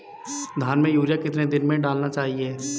धान में यूरिया कितने दिन में डालना चाहिए?